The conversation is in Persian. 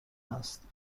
است